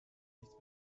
nichts